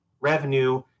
revenue